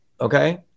okay